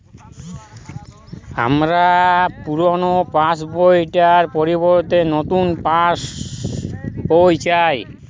আমার পুরানো পাশ বই টার পরিবর্তে নতুন পাশ বই চাই